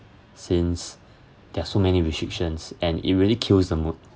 since there are so many restrictions and it really kills the mood